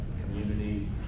community